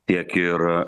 tiek ir